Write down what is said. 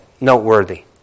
noteworthy